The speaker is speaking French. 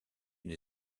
une